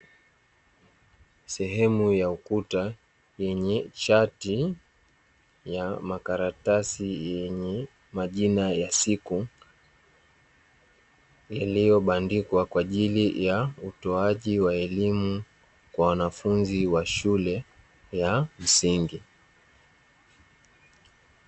Sehemu ya ukuta yenye charti la makaratasi yenye majina ya siku, iliyobandikwa kwa ajili ya utoaji wa elimu kwa wanafunzi wa shule ya msingi.